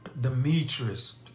Demetrius